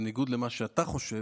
בניגוד למה שאתה חושב,